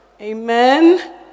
Amen